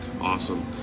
awesome